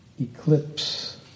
eclipse